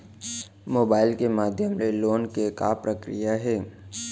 Mobile के माधयम ले लोन के का प्रक्रिया हे?